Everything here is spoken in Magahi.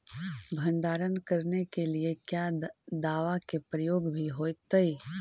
भंडारन करने के लिय क्या दाबा के प्रयोग भी होयतय?